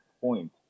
point